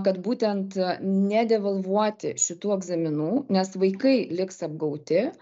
kad būtent ne devalvuoti šitų egzaminų nes vaikai liks apgauti